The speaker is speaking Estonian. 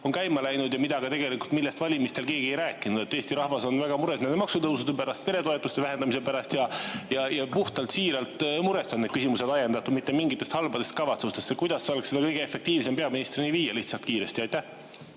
on käima läinud ja millest valimistel keegi ei rääkinud. Eesti rahvas on väga mures nende maksutõusude pärast, peretoetuste vähendamise pärast. Puhtalt siiralt murest on need küsimused ajendatud, mitte mingitest halbadest kavatsustest. Kuidas oleks seda kõige efektiivsem kiiresti peaministrini viia? Aitäh!